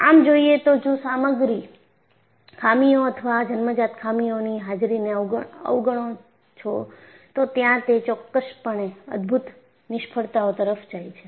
આમ જોઈએ તો જો તમે સામગ્રી ખામીઓ અથવા જન્મજાત ખામીઓની હાજરીને અવગણો છો તો ત્યાં તે ચોક્કસપણે અદભૂત નિષ્ફળતાઓ તરફ જાય છે